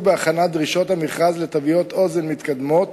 בהכנת דרישות המכרז לתוויות אוזן מתקדמות,